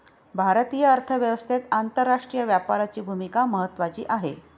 भारतीय अर्थव्यवस्थेत आंतरराष्ट्रीय व्यापाराची भूमिका महत्त्वाची आहे